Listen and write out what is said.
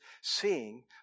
seeing